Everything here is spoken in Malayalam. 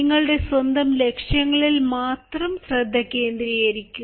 നിങ്ങളുടെ സ്വന്തം ലക്ഷ്യങ്ങളിൽ മാത്രം ശ്രദ്ധ കേന്ദ്രീകരിക്കുക